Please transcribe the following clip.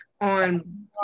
on